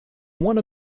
one